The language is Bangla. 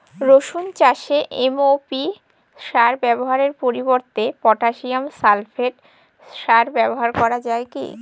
রসুন চাষে এম.ও.পি সার ব্যবহারের পরিবর্তে পটাসিয়াম সালফেট সার ব্যাবহার করা যায় কি?